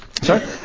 Sorry